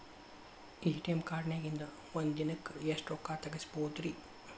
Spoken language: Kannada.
ಎ.ಟಿ.ಎಂ ಕಾರ್ಡ್ನ್ಯಾಗಿನ್ದ್ ಒಂದ್ ದಿನಕ್ಕ್ ಎಷ್ಟ ರೊಕ್ಕಾ ತೆಗಸ್ಬೋದ್ರಿ?